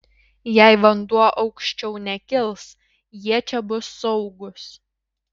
jei vanduo aukščiau nekils jie čia bus saugūs